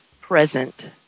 present